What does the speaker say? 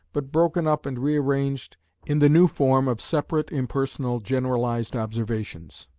but broken up and rearranged in the new form of separate impersonal generalised observations.